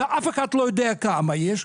ואף אחד לא יודע כמה יש,